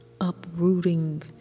uprooting